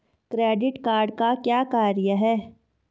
Credit card का क्या कार्य है?